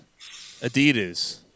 Adidas